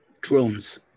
Drones